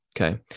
Okay